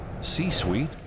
C-Suite